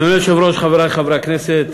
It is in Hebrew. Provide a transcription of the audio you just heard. אדוני היושב-ראש, חברי חברי הכנסת,